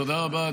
תודה רבה.